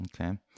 Okay